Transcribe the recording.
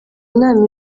nama